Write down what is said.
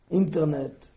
internet